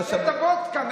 שיעלה את הוודקה.